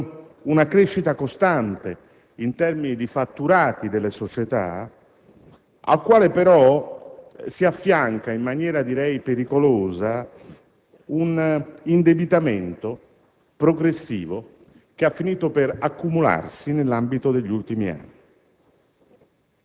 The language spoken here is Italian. con una crescita costante in termini di fatturati delle società alla quale però si affianca, in maniera direi pericolosa, un indebitamento progressivo che ha finito per accumularsi durante gli ultimi anni.